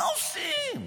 מה עושים?